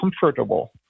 comfortable